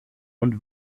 und